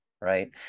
right